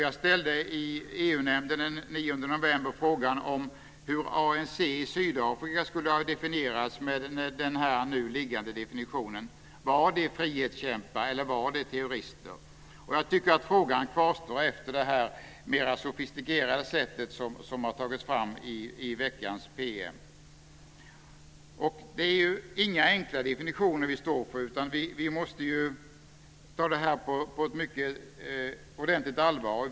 Jag ställde i EU-nämnden den 9 november frågan hur ANC i Sydafrika skulle ha definierats med den nu föreliggande definitionen. Var det frihetskämpar eller var det terrorister? Jag tycker att frågan kvarstår även efter det mer sofistikerade sättet att uttrycka saken som tagits fram i veckans PM. Det är inga enkla definitioner vi står för. Vi måste ta det här på utomordentligt allvar.